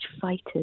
fighters